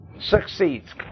succeeds